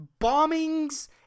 bombings